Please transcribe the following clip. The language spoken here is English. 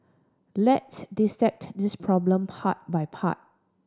let's dissect this problem part by part